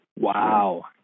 Wow